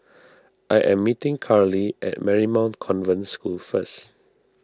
I am meeting Karli at Marymount Convent School first